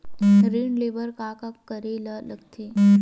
ऋण ले बर का करे ला लगथे?